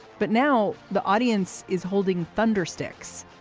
but now the audience is holding thunder sticks.